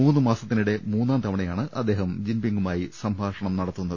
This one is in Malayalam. മൂന്ന് മാസത്തിനിടെ മൂന്നാം തവണയാണ് അദ്ദേഹം ജിൻ പിങ്ങുമായി സംഭാ ഷണം നടത്തുന്നത്